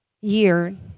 year